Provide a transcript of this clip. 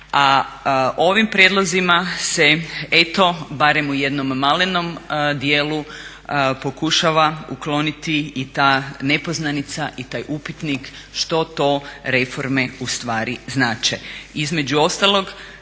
ovim prijedlozima se eto barem u jednom malenom dijelu pokušava ukloniti i ta nepoznanica i taj upitnik što to reforme ustvari znače.